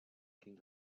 king